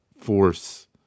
force